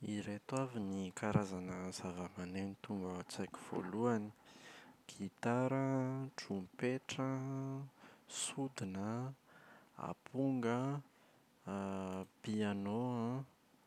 Ireto avy ny karazana zavamaneno tonga ao an-tsaiko voalohany: Gitara an, trompetra an, sodina an, amponga an piano an.